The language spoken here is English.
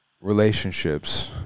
Relationships